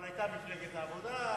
אבל היתה מפלגת העבודה,